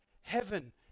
Heaven